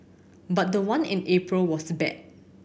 but the one in April was bad